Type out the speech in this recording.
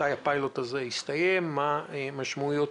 מתי הפיילוט הזה יסתיים ומה המשמעויות